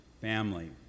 family